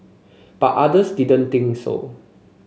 but others didn't think so